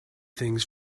things